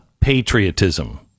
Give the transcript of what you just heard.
patriotism